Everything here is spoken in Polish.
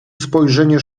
spojrzenie